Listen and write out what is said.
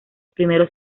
primeros